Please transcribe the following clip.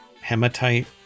Hematite